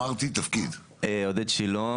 אני עודד שילה,